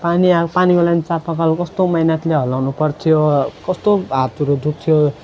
पानी अब पानीको लागि चापाकल कस्तो मेहनतले हल्लाउनु पर्थ्यो कस्तो हातहरू दुःख्थ्यो